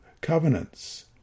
covenants